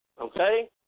okay